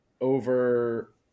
over